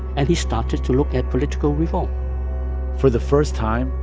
and he started to look at political reform for the first time,